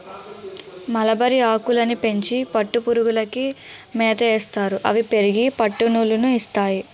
మలబరిఆకులని పెంచి పట్టుపురుగులకి మేతయేస్తారు అవి పెరిగి పట్టునూలు ని ఇస్తాయి